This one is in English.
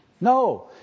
No